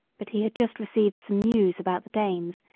but he had just received some news about the danes,